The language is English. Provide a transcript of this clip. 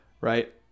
right